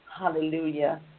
Hallelujah